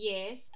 Yes